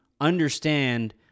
understand